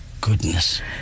goodness